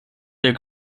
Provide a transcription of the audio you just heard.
der